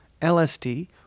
LSD